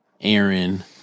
Aaron